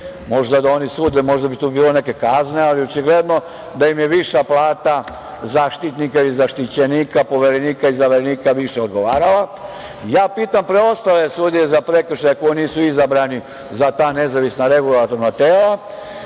možda da oni sude, možda bi tu bilo neke kazne, ali očigledno da im je viša plata Zaštitnika ili zaštićenika, Poverenika ili zaverenika više odgovarala, ja pitam preostale sudije za prekršaje koji nisu izabrani za ta nezavisna regulatorna tela